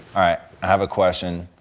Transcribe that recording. i have a question.